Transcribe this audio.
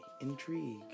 intrigue